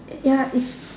ya is